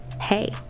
Hey